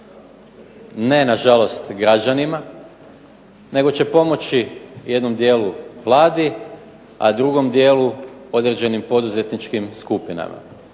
ne na žalost građanima nego će pomoći jednom dijelu Vladi, a drugom dijelu određenim poduzetničkim skupinama.